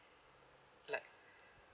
like